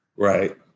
Right